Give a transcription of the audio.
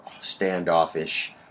standoffish